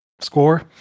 score